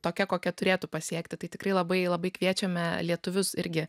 tokia kokia turėtų pasiekti tai tikrai labai labai kviečiame lietuvius irgi